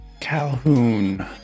Calhoun